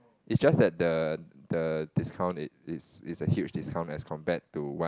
is just that the the discount it is is a huge discount as compared to what